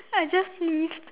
I just finished